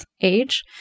age